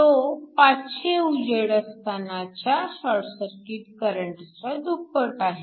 तो 500 उजेड असतानाच्या शॉर्ट सर्किट करंटच्या दुप्पट आहे